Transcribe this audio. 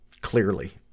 clearly